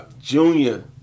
Junior